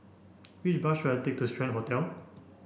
which bus should I take to Strand Hotel